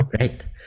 Right